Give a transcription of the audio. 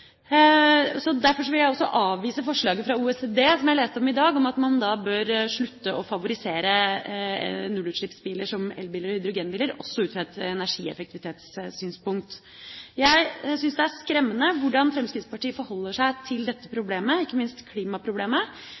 vil jeg også avvise forslaget fra OECD som jeg leste om i dag, om at man bør slutte å favorisere nullutslippsbiler som elbiler og hydrogenbiler, også ut fra et energieffektivitetssynspunkt. Jeg syns det er skremmende hvordan Fremskrittspartiet forholder seg til dette problemet, ikke minst til klimaproblemet,